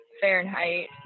Fahrenheit